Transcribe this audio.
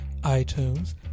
iTunes